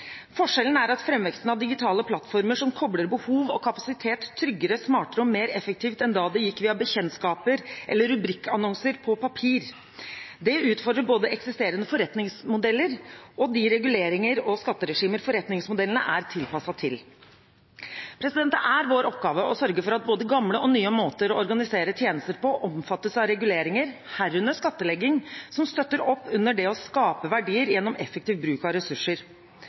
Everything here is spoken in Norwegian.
Forskjellen er at framveksten av digitale plattformer som kobler behov og kapasitet tryggere, smartere og mer effektivt enn da det gikk via bekjentskaper eller rubrikkannonser på papir, utfordrer både eksisterende forretningsmodeller og de reguleringer og skatteregimer forretningsmodellene er tilpasset til. Det er vår oppgave å sørge for at både gamle og nye måter å organisere tjenester på omfattes av reguleringer, herunder skattlegging, som støtter opp under det å skape verdier gjennom effektiv bruk av ressurser.